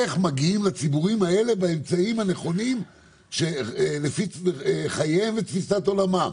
איך מגיעים לציבורים האלה באמצעים הנכונים שחייבת את תפיסת עולמם.